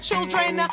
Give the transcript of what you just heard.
children